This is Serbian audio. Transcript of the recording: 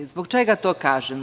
Zbog čega to kažem?